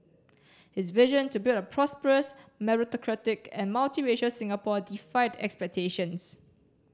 his vision to build a prosperous meritocratic and multiracial Singapore defied expectations